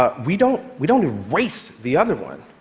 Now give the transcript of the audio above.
ah we don't we don't erase the other one.